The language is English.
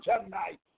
tonight